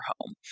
home